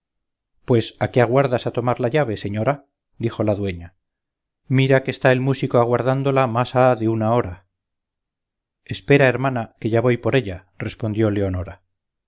muerto pues a qué aguardas a tomar la llave señora dijo la dueña mira que está el músico aguardándola más ha de una hora espera hermana que ya voy por ella respondió leonora